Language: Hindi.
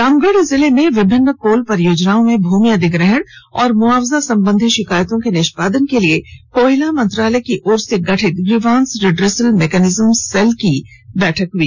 रामगढ़ जिले में विभिन्न कोल परियोजनाओं में भूमि अधिग्रहण और मुआवजा संबंधी शिकायतों के निष्पादन के लिए कोयला मंत्रालय की ओर से गठित ग्रीवांस रिड्रेसल मेकैनिज्म सेल की बैठक हुई